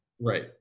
Right